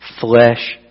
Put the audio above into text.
flesh